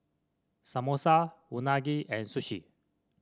Samosa Unagi and Sushi